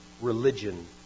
religion